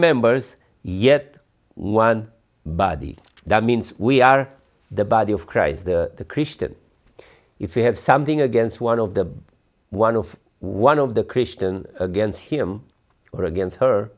members yet one body that means we are the body of christ the christian if we have something against one of the one of one of the christians against him or against her